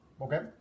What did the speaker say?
okay